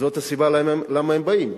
זאת הסיבה שהם באים,